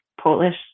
Polish